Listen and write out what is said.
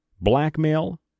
blackmail